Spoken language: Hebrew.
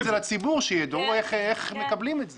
את זה לציבור שיידעו איך מקבלים את זה.